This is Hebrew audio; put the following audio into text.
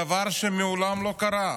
דבר שמעולם לא קרה.